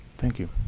thank you.